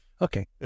Okay